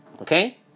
Okay